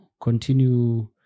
continue